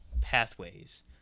pathways